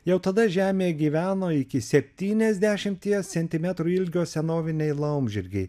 jau tada žemėje gyveno iki septyniasdešimties centimetrų ilgio senoviniai laumžirgiai